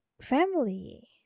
family